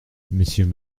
messieurs